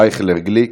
אייכלר, גליק,